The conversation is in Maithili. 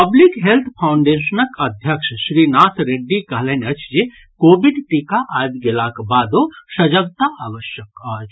पब्लिक हेल्थ फाउडेंशनक अध्यक्ष श्रीनाथ रेड्डी कहलनि अछि जे कोविड टीका आबि गेलाक बादो सजगता आवश्यक अछि